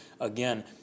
again